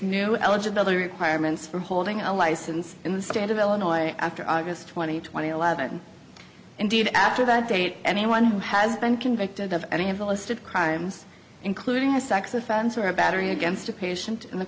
new eligibility requirements for holding a license in the state of illinois after august twenty twenty eleven indeed after that date anyone who has been convicted of any of the listed crimes including a sex offense or a battery against a patient in the